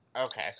Okay